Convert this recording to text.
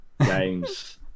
games